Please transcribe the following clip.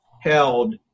held